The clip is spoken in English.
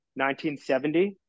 1970